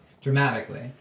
dramatically